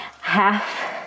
Half